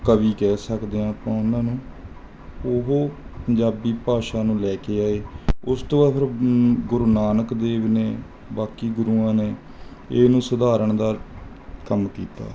ਕਵੀ ਕਹਿ ਸਕਦੇ ਹਾਂ ਆਪਾਂ ਉਹਨਾਂ ਨੂੰ ਉਹ ਪੰਜਾਬੀ ਭਾਸ਼ਾ ਨੂੰ ਲੈ ਕੇ ਆਏ ਉਸ ਤੋਂ ਬਾਅਦ ਫਿਰ ਗੁਰੂ ਨਾਨਕ ਦੇਵ ਨੇ ਬਾਕੀ ਗੁਰੂਆਂ ਨੇ ਇਹਨੂੰ ਸੁਧਾਰਨ ਦਾ ਕੰਮ ਕੀਤਾ